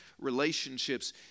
relationships